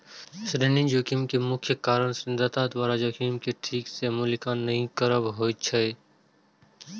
ऋण जोखिम के मुख्य कारण ऋणदाता द्वारा जोखिम के ठीक सं मूल्यांकन नहि करब होइ छै